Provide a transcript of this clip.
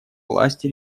власти